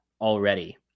already